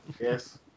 Yes